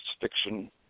fiction